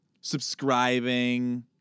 subscribing